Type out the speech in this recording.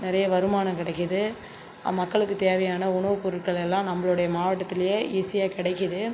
நிறைய வருமானம் கிடைக்குது மக்களுக்குத் தேவையான உணவுப் பொருள்கள் எல்லாம் நம்பளுடைய மாவட்டத்திலயே ஈஸியாக கிடைக்குது